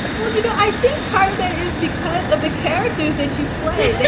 ah well, you know, i think part of that is because of the character that you play,